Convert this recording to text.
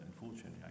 unfortunately